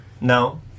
no